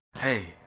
Hey